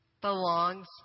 belongs